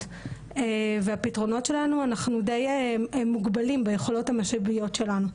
ומבחינת הפתרונות שלנו אנחנו די מוגבלים ביכולות ובמשאבים שלנו.